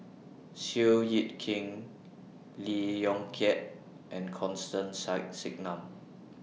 Seow Yit Kin Lee Yong Kiat and Constance Singam